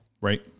Right